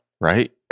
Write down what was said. Right